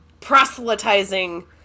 proselytizing